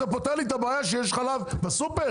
זה פותר לי את הבעיה שיש חלב בסופר